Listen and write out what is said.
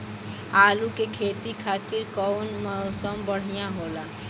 आलू के खेती खातिर कउन मौसम बढ़ियां होला?